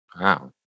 Wow